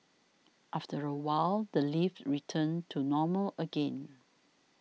after a while the lift returned to normal again